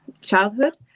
childhood